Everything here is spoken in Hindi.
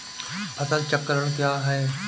फसल चक्रण क्या है?